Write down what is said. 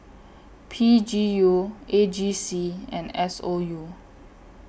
P G U A G C and S O U